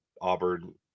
Auburn